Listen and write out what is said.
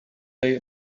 day